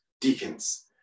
deacons